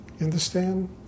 understand